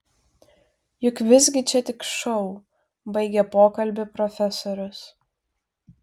juk visgi čia tik šou baigė pokalbį profesorius